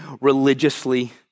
religiously